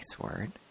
word